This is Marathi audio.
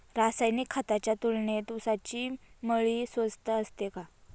रासायनिक खतांच्या तुलनेत ऊसाची मळी स्वस्त असते का?